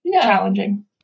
challenging